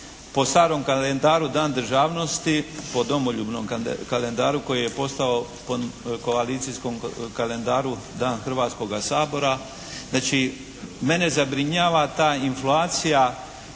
Po starom kalendaru Dan državnosti, po domoljubnom kalendaru koji je postao po koalicijskom kalendaru Dan Hrvatskoga sabora. Znači mene zabrinjava ta inflacija